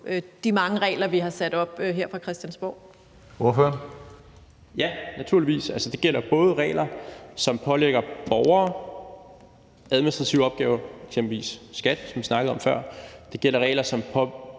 Hønge): Ordføreren. Kl. 15:00 Rasmus Jarlov (KF): Ja, naturligvis. Altså, det gælder regler, som pålægger borgere administrative opgaver, eksempelvis skat, som vi snakkede om før; det gælder regler, som pålægger